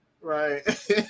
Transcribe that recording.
Right